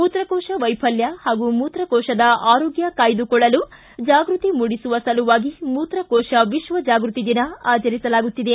ಮೂತ್ರಕೋಶ ವೈಫಲ್ಯ ಹಾಗೂ ಮೂತ್ರಕೋಶದ ಆರೋಗ್ಯ ಕಾಯ್ದುಕೊಳ್ಳು ಜಾಗೃತಿ ಮೂಡಿಸುವ ಸಲುವಾಗಿ ಮೂತ್ರಕೋಶ ವಿಶ್ವ ಜಾಗೃತಿ ದಿನ ಆಚರಿಸಲಾಗುತ್ತಿದೆ